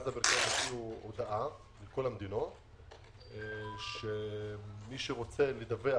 והאמריקאים הוציאו הודעה לכל המדינות שמי שרוצה לדווח